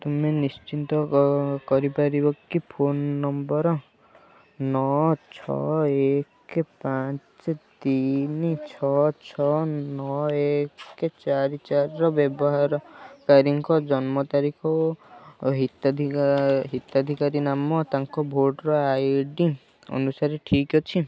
ତୁମେ ନିଶ୍ଚିନ୍ତ କରିପାରିବ କି ଫୋନ ନମ୍ବର ନଅ ଛଅ ଏକ ପାଞ୍ଚ ତିନି ଛଅ ଛଅ ନଅ ଏକ ଚାରି ଚାରିର ବ୍ୟବହାରକାରୀଙ୍କ ଜନ୍ମ ତାରିଖ ଓ ହିତାଧିକାରୀ ନାମ ତାଙ୍କ ଭୋଟ୍ର ଆଇ ଡ଼ି ଅନୁସାରେ ଠିକ୍ ଅଛି